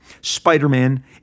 Spider-Man